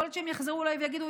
יכול להיות שהם יחזרו אליי ויגידו: